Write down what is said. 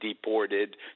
deported